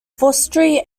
forestry